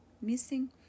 missing